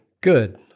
Good